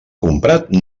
comprat